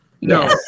No